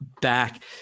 back